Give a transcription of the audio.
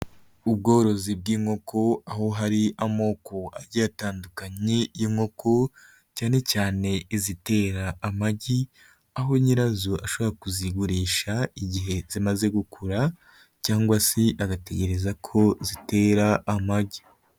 Ubworozi bw'inkoko aho hari amoko agiye atandukanye nk'inkoko cyane cyane izitera amagi, aho nyirazo ashobora kuzigurisha igihe zimaze gukura cyangwa se agategereza ko zitera amagi.